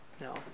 No